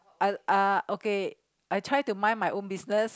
uh uh okay I try to mind my own business